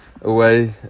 away